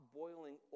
boiling